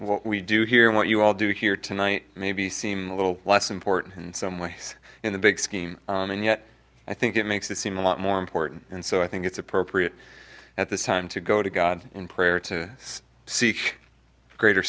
what we do here what you all do here tonight maybe seemed a little less important in some ways in the big scheme and yet i think it makes it seem a lot more important and so i think it's appropriate at this time to go to god in prayer to seek greater